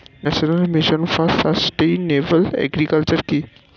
National mission for sustainable agriculture কি?